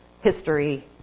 history